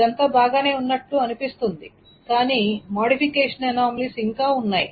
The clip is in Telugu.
ఇదంతా బాగానే ఉన్నట్లు అనిపిస్తుంది కాని మోడిఫికేషన్ అనామలీస్ ఇంకా ఉన్నాయి